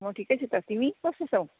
म ठिकै छु त तिमी कस्तो छौ